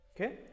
okay